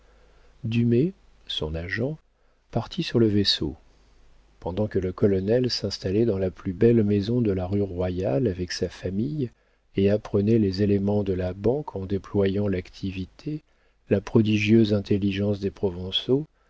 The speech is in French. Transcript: dumay son agent partit sur le vaisseau pendant que le colonel s'installait dans la plus belle maison de la rue royale avec sa famille et apprenait les éléments de la banque en déployant l'activité la prodigieuse intelligence des provençaux